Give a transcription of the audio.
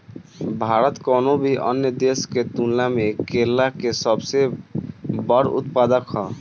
भारत कउनों भी अन्य देश के तुलना में केला के सबसे बड़ उत्पादक ह